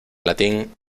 latín